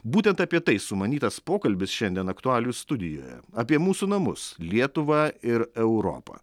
būtent apie tai sumanytas pokalbis šiandien aktualijų studijoje apie mūsų namus lietuvą ir europą